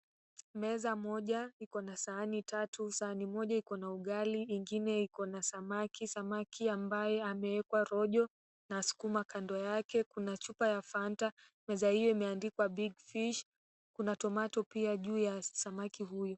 Meza moja iko na sahani tatu, sahani moja iko na ugali ingine iko na samaki, samaki ambaye ameekwa rojo na sukuma kando yake kuna chupa ya Fanta, meza hiyo imeandikwa, Big Fish ina tomato pia juu ya samaki huyu.